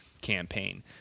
campaign